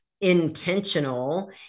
intentional